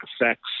effects